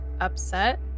upset